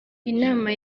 inama